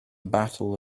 battle